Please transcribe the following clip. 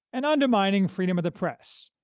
and undermining freedom of the press.